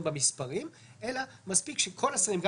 במספרים אלא מספיק שכל השרים מצד אחד,